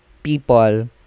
People